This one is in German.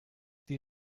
die